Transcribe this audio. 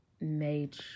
made